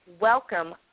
welcome